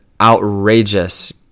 outrageous